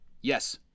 yes